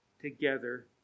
together